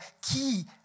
qui